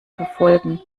verfolgen